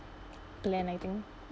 plan I think